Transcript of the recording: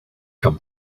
come